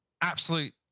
absolute